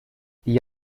gli